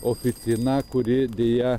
oficiną kuri deja